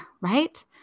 right